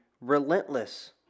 relentless